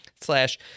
slash